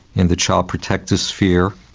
in the child protective sphere,